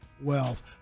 wealth